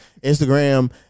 Instagram